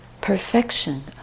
perfection